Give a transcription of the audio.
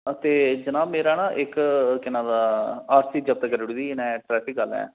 ते जनाब मेरा ना इक केह् नांऽ ओह्दा आर सी जब्त करी ओड़ी दी ही इ'नें ट्रैफिक आह्लें